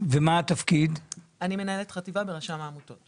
לטובת כל החברים כאן, מכיוון שרצינו לחסוך לעמותות